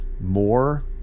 more